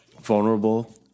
vulnerable